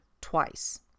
twice